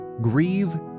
Grieve